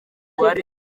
wari